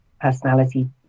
personality